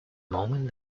moment